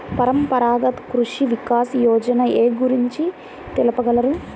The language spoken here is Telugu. పరంపరాగత్ కృషి వికాస్ యోజన ఏ గురించి తెలుపగలరు?